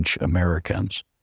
Americans